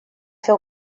fer